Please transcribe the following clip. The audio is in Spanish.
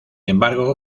embargo